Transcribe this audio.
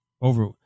Over